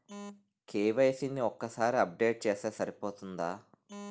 KYC ని ఒక్కసారి update చేస్తే సరిపోతుందా?